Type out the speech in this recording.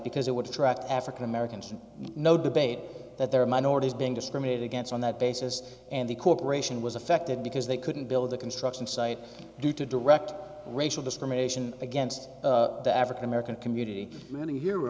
because it would attract african americans and no debate that there are minorities being discriminated against on that basis and the corporation was affected because they couldn't build a construction site due to direct racial discrimination against the african american community many here